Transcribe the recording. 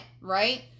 Right